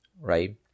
right